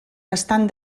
estan